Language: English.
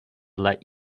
let